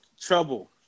Trouble